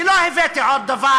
אני לא הבאתי עוד דבר,